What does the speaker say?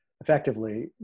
effectively